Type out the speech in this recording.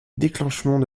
déclenchement